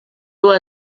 dur